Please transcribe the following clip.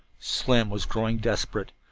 slim was growing desperate.